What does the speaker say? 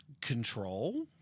control